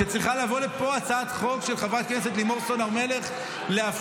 כשצריכה לבוא לפה הצעת חוק של חברת הכנסת לימור סון הר מלך לאפשר